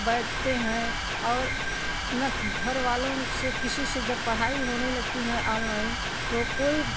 बैठते हैं और न घरवालों से किसी से जब पढ़ाई होने लगती है आनलाइन तो कोई